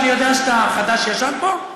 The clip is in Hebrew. אני יודע שאתה חדש-ישן פה.